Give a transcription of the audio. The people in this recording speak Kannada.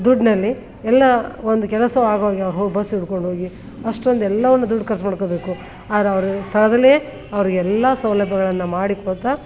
ದುಡ್ಡಿನಲ್ಲಿ ಎಲ್ಲ ಒಂದು ಕೆಲಸ ಆಗೋಗಿ ಅವ್ರು ಹೋಗಿ ಬಸ್ ಹಿಡಕೊಂಡೋಗಿ ಅಷ್ಟೊಂದು ಎಲ್ಲವನ್ನು ದುಡ್ಡು ಖರ್ಚು ಮಾಡ್ಕೊಬೇಕು ಆದ್ರೆ ಅವರು ಸ್ಥಳದಲ್ಲೇ ಅವರಿಗೆ ಎಲ್ಲ ಸೌಲಭ್ಯಗಳನ್ನು ಮಾಡಿಕೊಡ್ತಾ